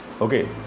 Okay